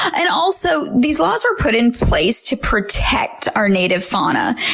and also, these laws were put in place to protect our native fauna,